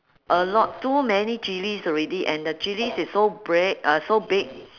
a lot too many chillies already and the chillies is so big uh so big